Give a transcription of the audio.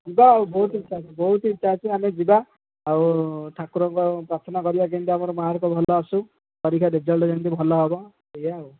ଯିବା ଆଉ ବହୁତ ଇଚ୍ଛା ଆଛି ବହୁତ ଇଚ୍ଛା ଅଛି ଆମେ ଯିବା ଆଉ ଠାକୁରଙ୍କ ଦର୍ଶନ କରିବା ଯେମିତି ଆମର ମାର୍କ ଭଲ ଆସୁ ପରୀକ୍ଷା ରେଜଲ୍ଟ ଯେମିତି ଭଲ ହେବ ଏଇଆ ଆଉ